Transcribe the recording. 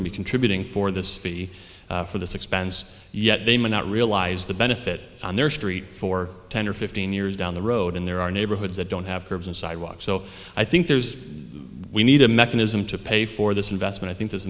to be contributing for this fee for this expense yet they may not realize the benefit on their street for ten or fifteen years down the road in there are neighborhoods that don't have curbs and sidewalks so i think there's we need a mechanism to pay for this investment i think th